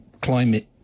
climate